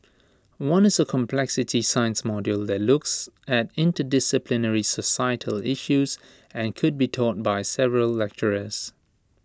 one is A complexity science module that looks at interdisciplinary societal issues and could be taught by several lecturers